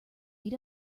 meet